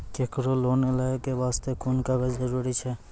केकरो लोन लै के बास्ते कुन कागज जरूरी छै?